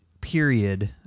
period